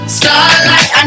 starlight